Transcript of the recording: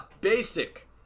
basic